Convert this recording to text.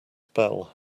spell